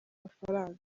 mafaranga